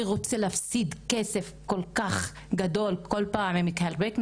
מי רוצה להפסיד כסף כל כך גדול כל פעם שמשלמים את הקנסות הרבים?